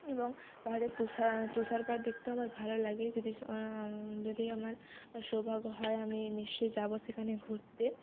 এবং পাহাড়ে তুষার তুষারপাত দেখতে আমার ভালো লাগে যদি যদি আমার সৌভাগ্য হয় আমি নিশ্চয়ই যাব সেখানে ঘুরতে